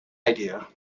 idea